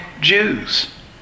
Jews